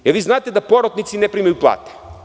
Da li vi znate da porotnici ne primaju plate?